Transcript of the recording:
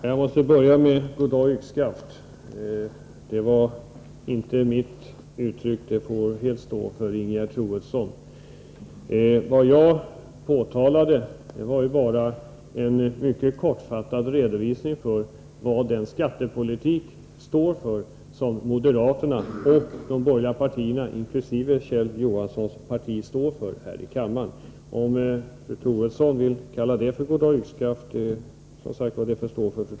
Herr talman! Låt mig först säga att goddag-yxskaft inte var mitt uttryck. Det får helt stå för Ingegerd Troedsson. Vad jag framförde var bara en mycket kortfattad redovisning för vad moderaternas och de borgerliga partiernas — inkl. Kjell Johanssons parti — skattepolitik står för. Om fru Troedsson vill kalla det för goddag-yxskaft får det stå för fru Troedssons räkning.